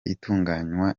itunganywa